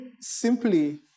simply